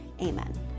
Amen